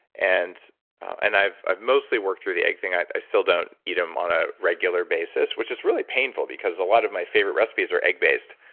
and and i've i've mostly worked through the egg thing. i still don't eat them on a regular basis, which is really painful because a lot of my favorite recipes are egg-based.